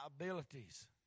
abilities